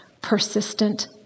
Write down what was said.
persistent